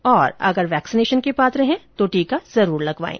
और अगर वैक्सीनेशन के पात्र हैं तो टीका जरूर लगवाएं